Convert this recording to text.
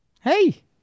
Hey